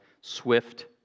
swift